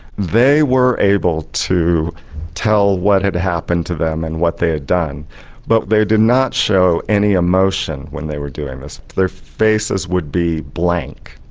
they were able to tell what had happened to them and what they had done but they did not show any emotion when they were doing this, their faces would be blank.